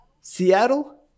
Seattle